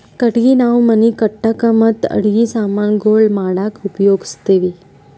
ಕಟ್ಟಗಿ ನಾವ್ ಮನಿ ಕಟ್ಟಕ್ ಮತ್ತ್ ಅಡಗಿ ಸಮಾನ್ ಗೊಳ್ ಮಾಡಕ್ಕ ಉಪಯೋಗಸ್ತಿವ್